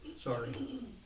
Sorry